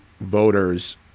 voters